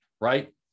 right